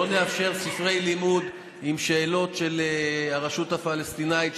לא נאפשר ספרי לימוד עם שאלות של הרשות הפלסטינית,